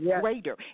greater